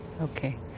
Okay